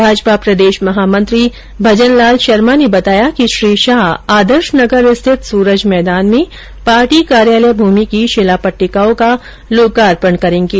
भाजपा प्रदेश महामंत्री भजनलाल शर्मा ने बताया कि श्री शाह आदर्श नगर स्थित सूरज मैदान में पार्टी कार्यालय भूमि की शिला पट्टिटकाओं का लोकार्पण करेंगे